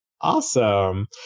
awesome